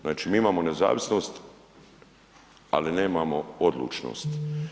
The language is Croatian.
Znači, mi imamo nezavisnost ali nemamo odlučnost.